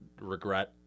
regret